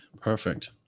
Perfect